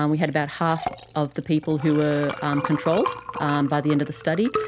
um we had about half of the people who were um controlled and by the end of the study.